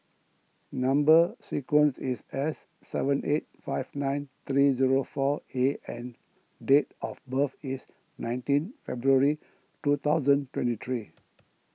Number Sequence is S seven eight five nine three zero four A and date of birth is nineteen February two thousand twenty three